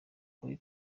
kuri